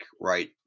right